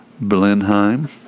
Blenheim